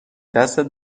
دستت